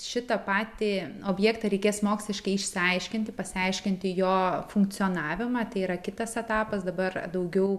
šitą patį objektą reikės moksliškai išsiaiškinti pasiaiškinti jo funkcionavimą tai yra kitas etapas dabar daugiau